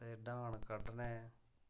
फिर डाह्न कड्ढने